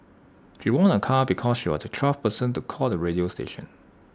she won A car because she was the twelfth person to call the radio station